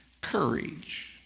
courage